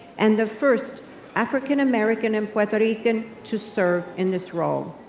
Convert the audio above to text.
and the first african american and puerto rican to serve in this role.